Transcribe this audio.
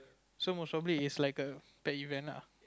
so it's most probably is a pet event ah